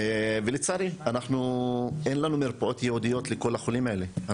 לצערי אין לנו מרפאות ייעודיות לכל החולים האלה.